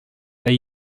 they